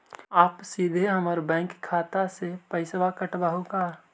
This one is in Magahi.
आप सीधे हमर बैंक खाता से पैसवा काटवहु का?